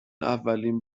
اولین